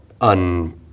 un